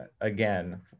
again